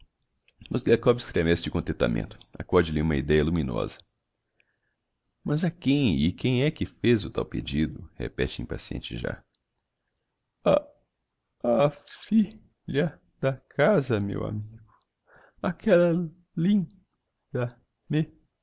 estremece de contentamento accode lhe uma ideia luminosa mas a quem e quando é que fez o tal pedido repete impaciente já á á fi lha da casa meu amigo áquella lin